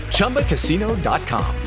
ChumbaCasino.com